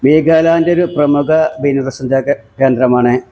വീഗാലാന്ഡ് ഒരു പ്രമുഖ വിനോദസഞ്ചാര കേന്ദ്രമാണ്